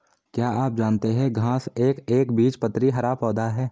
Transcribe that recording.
क्या आप जानते है घांस एक एकबीजपत्री हरा पौधा है?